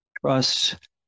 trust